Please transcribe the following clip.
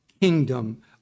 kingdom